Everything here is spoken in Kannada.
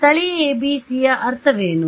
ಸ್ಥಳೀಯ ABC ಯ ಅರ್ಥವೇನು